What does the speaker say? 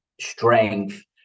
strength